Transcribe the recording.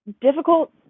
difficult